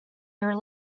your